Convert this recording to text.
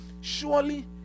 Surely